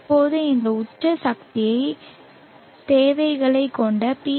இப்போது இந்த உச்ச சக்தி தேவைகளைக் கொண்ட பி